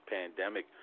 pandemic